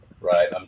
right